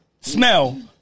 smell